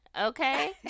Okay